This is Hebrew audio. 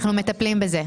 אנחנו מטפלים בזה.